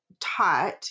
taught